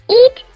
eat